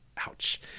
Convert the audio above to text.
Ouch